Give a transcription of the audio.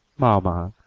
mamma!